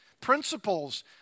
principles